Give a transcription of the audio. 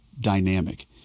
dynamic